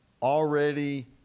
already